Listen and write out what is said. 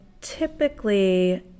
typically